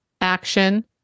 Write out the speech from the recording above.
action